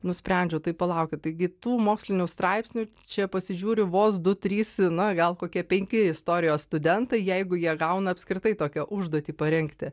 nusprendžiau tai palaukit taigi tų mokslinių straipsnių čia pasižiūri vos du trys na gal kokie penki istorijos studentai jeigu jie gauna apskritai tokią užduotį parengti